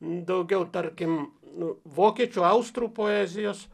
daugiau tarkim nu vokiečių austrų poezijos